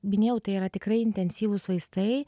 minėjau tai yra tikrai intensyvūs vaistai